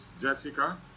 Jessica